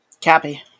Cappy